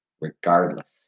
regardless